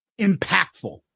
impactful